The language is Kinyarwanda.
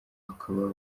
bakaba